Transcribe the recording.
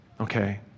okay